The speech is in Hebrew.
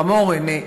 רם אורן.